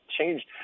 changed